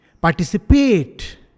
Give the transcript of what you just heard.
participate